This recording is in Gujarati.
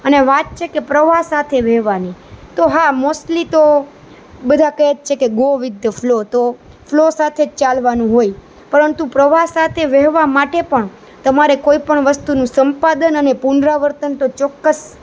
અને વાત છે કે પ્રવાહ સાથે વહેવાની તો હા મોસ્ટલી તો બધા કહે છે કે ગો વિથ ધ ફ્લો તો ફ્લો સાથે ચાલવાનું હોય પરંતુ પ્રવાહ સાથે વહેવા માટે પણ તમારે કોઈ પણ વસ્તુનું સંપાદન અને પુનરાવર્તન તો ચોક્કસ